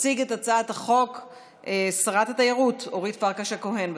תציג את הצעת החוק שרת התיירות אורית פרקש הכהן.